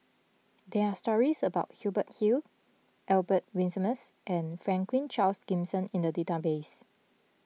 there are stories about Hubert Hill Albert Winsemius and Franklin Charles Gimson in the database